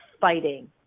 fighting